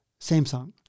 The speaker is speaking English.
Samsung